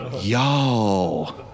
y'all